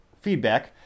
feedback